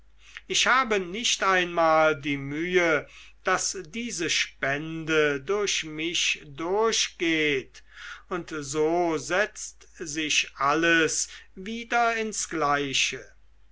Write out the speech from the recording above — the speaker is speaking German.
ich habe nicht einmal die mühe daß diese spende durch mich durchgeht und so setzt sich alles wieder ins gleiche